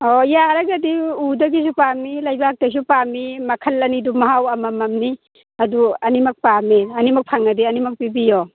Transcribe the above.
ꯑꯣ ꯌꯥꯔꯒꯗꯤ ꯎꯗꯒꯤꯁꯨ ꯄꯥꯝꯃꯤ ꯂꯩꯕꯥꯛꯇꯒꯤꯁꯨ ꯄꯥꯝꯃꯤ ꯃꯈꯜ ꯑꯅꯤꯗꯨ ꯃꯍꯥꯎ ꯑꯃꯃꯝꯅꯤ ꯑꯗꯨ ꯑꯅꯤꯃꯛ ꯄꯥꯝꯃꯤ ꯑꯅꯤꯃꯛ ꯐꯪꯂꯗꯤ ꯑꯅꯤꯃꯛ ꯄꯤꯕꯤꯌꯣ